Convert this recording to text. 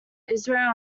israel